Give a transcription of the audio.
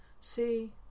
See